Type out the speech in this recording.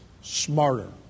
smarter